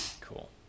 cool